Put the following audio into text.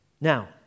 Now